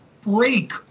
break